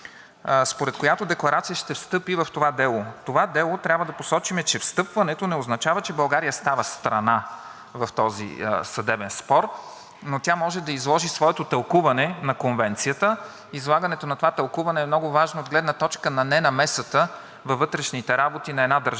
в този съдебен спор, но тя може да изложи своето тълкуване на Конвенцията. Излагането на това тълкуване е много важно от гледна точка на ненамесата във вътрешните работи на една държава спрямо друга, а именно на преценката дали геноцидът или твърдението за геноцид на някого е основание за